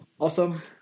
Awesome